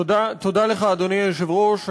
תודה לך, אדוני היושב-ראש.